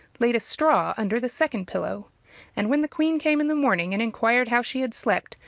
laid a straw under the second pillow and when the queen came in the morning and inquired how she had slept,